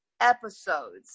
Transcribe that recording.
episodes